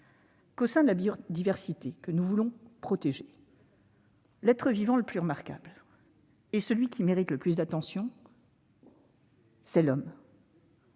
-, au sein de la biodiversité que nous voulons protéger, il me semble que l'être vivant le plus remarquable, celui qui mérite le plus d'attention, c'est l'homme.